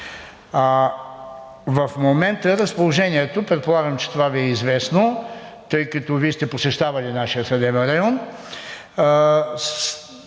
В момента разположението, предполагам, че това Ви е известно, тъй като Вие сте посещавали нашия Съдебен район,